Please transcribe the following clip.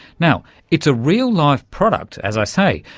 now it's a real life product, as i say,